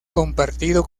compartido